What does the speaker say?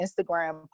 Instagram